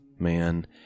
man